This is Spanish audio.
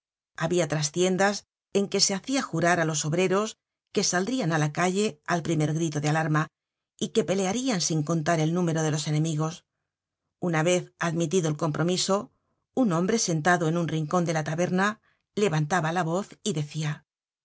tranquilos habia trastiendas en que se hacia jurar á los obreros que saldrian á la calle al primer grito de alarma y que pelearian sin contar el número de los enemigos una vez admitido el compromiso un hombre sentado en un rincon de la taberna levantaba la voz y decia